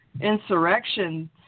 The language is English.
Insurrection